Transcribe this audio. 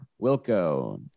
Wilco